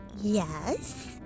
yes